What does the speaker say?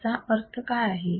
याचा अर्थ काय आहे